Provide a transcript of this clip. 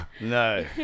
no